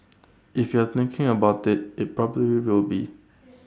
if you're thinking about IT it probably will be